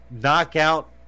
knockout